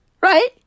Right